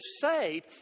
saved